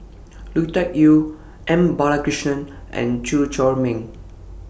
Lui Tuck Yew M Balakrishnan and Chew Chor Meng